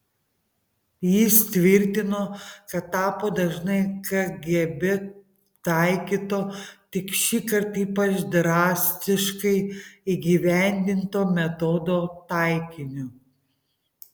jis tvirtino kad tapo dažnai kgb taikyto tik šįkart ypač drastiškai įgyvendinto metodo taikiniu